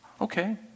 Okay